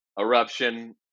eruption